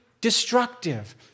destructive